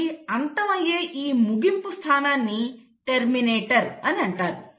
అవి అంతం అయ్యే ఈ ముగింపు స్థానాన్ని టెర్మినేటర్ అని అంటారు